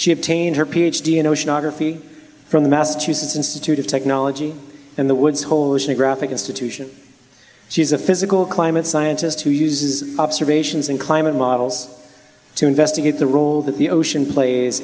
she obtained her ph d in oceanography from the massachusetts institute of technology in the woods hole oceanographic institution she's a physical climate scientist who uses observations in climate models to investigate the role that the ocean plays